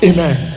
Amen